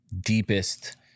deepest